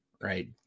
Right